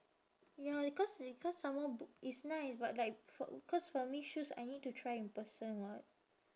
ya because because someone book it's nice but like for cause for me shoes I need to try in person [what]